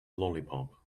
lollipop